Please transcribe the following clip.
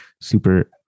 super